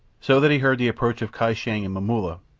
so that he heard the approach of kai shang and momulla,